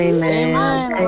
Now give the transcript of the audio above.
Amen